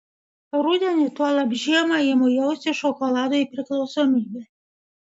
rudenį tuolab žiemą imu jausti šokoladui priklausomybę